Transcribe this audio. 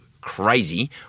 crazy